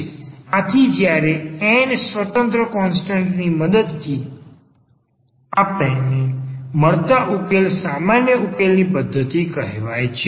આથી જ્યારે n સ્વતંત્ર કોન્સટન્ટની મદદથી આપણને મળતા ઉકેલ સામાન્ય ઉકેલની પધ્ધતિ કહવાય છે